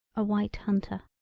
a white hunter.